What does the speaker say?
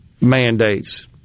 mandates